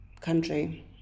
country